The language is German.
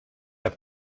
herr